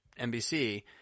NBC